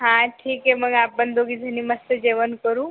हां ठीक आहे मग आपण दोघीजणी मस्त जेवण करू